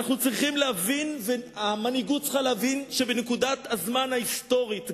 אנחנו צריכים להבין והמנהיגות צריכה להבין שבנקודת הזמן ההיסטורית,